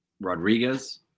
rodriguez